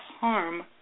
harm